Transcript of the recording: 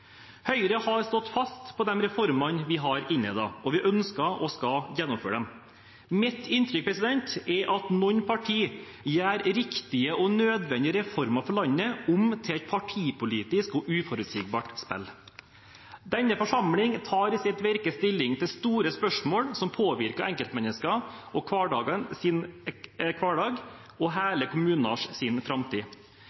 Høyre har stått fast på de reformene vi har innledet, og vi ønsker å gjennomføre dem. Mitt inntrykk er at noen partier gjør riktige og nødvendige reformer for landet om til et partipolitisk og uforutsigbart spill. Denne forsamling tar i sitt virke stilling til store spørsmål som påvirker enkeltmenneskers hverdag og